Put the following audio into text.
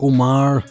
Omar